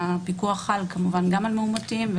הפיקוח חל כמובן גם על מאומתים,